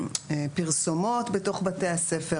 פרסומות בתוך בתי הספר,